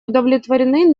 удовлетворены